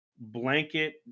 blanket